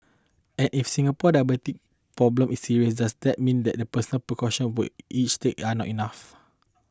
and if Singapore diabetes problem is serious does that mean that the personal precaution we each take are not enough